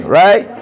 right